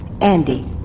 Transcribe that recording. Andy